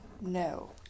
No